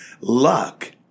luck